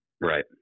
Right